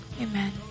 Amen